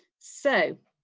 so.